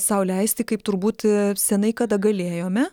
sau leisti kaip turbūt senai kada galėjome